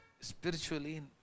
spiritually